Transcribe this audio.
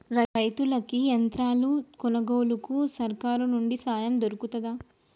రైతులకి యంత్రాలు కొనుగోలుకు సర్కారు నుండి సాయం దొరుకుతదా?